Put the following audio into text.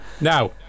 Now